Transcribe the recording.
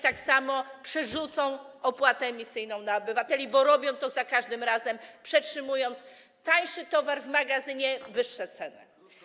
Tak samo przerzucą opłatę emisyjną na obywateli, bo robią to za każdym razem, przetrzymując tańszy towar w magazynie i ustalając wyższe ceny.